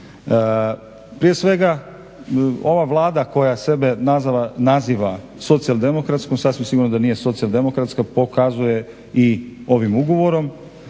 Prije svega ova Vlada koja sebe naziva socijaldemokratskom sasvim sigurno da nije socijaldemokratska pokazuje i ovim ugovorom,